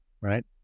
right